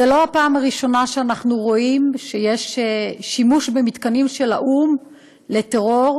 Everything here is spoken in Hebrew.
זו לא הפעם הראשונה שאנחנו רואים שיש שימוש במתקנים של האו"ם לטרור,